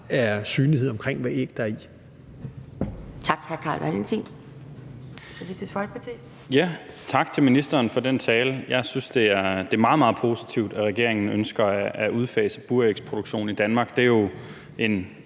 er synlighed om, hvad slags æg der er i.